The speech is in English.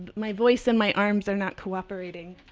my voice and my arms are not cooperating.